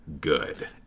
good